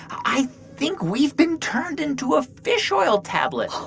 i think we've been turned into a fish oil tablet